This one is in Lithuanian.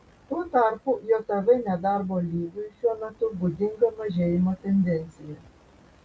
tuo tarpu jav nedarbo lygiui šiuo metu būdinga mažėjimo tendencija